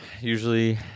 Usually